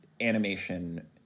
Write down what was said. animation